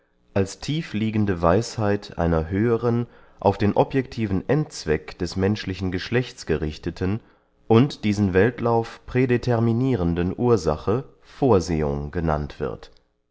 als tiefliegende weisheit einer höheren auf den objectiven endzweck des menschlichen geschlechts gerichteten und diesen weltlauf prädeterminirenden ursache vorsehung genannt wird